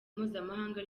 mpuzamahanga